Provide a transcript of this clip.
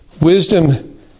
Wisdom